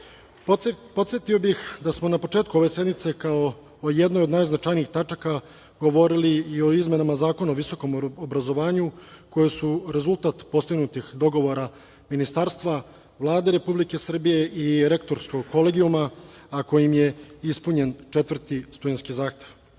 bih da smo na početku ove sednice kao o jednoj od najznačajnijih tačaka govorili i o izmenama Zakona o visokom obrazovanju, koje su rezultata postignutih dogovora ministarstva, Vlade Republike Srbije i rektorskog kolegijuma, a kojim je ispunjen četvrti studentski zahtev. Takođe